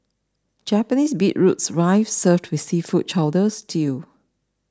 Japanese beetroots rice served with seafood chowder stew